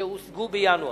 שהושגו בינואר.